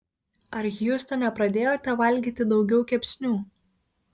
ar hjustone pradėjote valgyti daugiau kepsnių